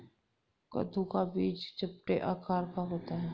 कद्दू का बीज चपटे आकार का होता है